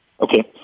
Okay